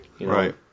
Right